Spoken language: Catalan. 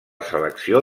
selecció